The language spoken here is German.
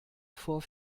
vor